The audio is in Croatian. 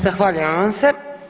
Zahvaljujem vam se.